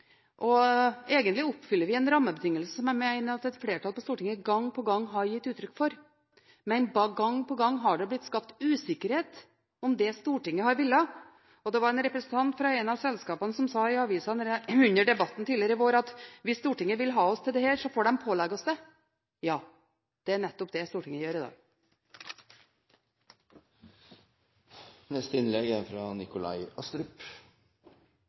dag. Egentlig oppfyller vi en rammebetingelse som jeg mener at et flertall på Stortinget gang på gang har gitt uttrykk for, men gang på gang har det blitt skapt usikkerhet om det Stortinget har villet. Det var en representant fra et av selskapene som sa i avisa under debatten tidligere i vår at hvis Stortinget vil ha oss til dette, får det pålegge oss det. Ja, det er nettopp det Stortinget gjør i dag. Representanten Terje Aasland hadde en refleksjon over hvem som har foretatt en snuoperasjon, og det er